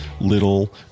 little